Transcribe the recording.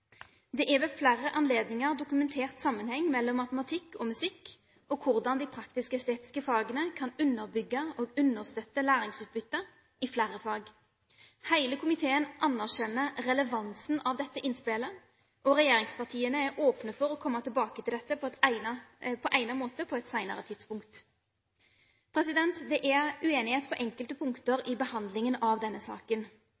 Det er ved flere anledninger dokumentert sammenheng mellom matematikk og musikk, og hvordan de praktisk-estetiske fagene kan underbygge og understøtte læringsutbyttet i flere fag. Hele komiteen anerkjenner relevansen av dette innspillet, og regjeringspartiene er åpne for å komme tilbake til dette på egnet måte på et senere tidspunkt. Det er uenighet på enkelte